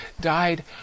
died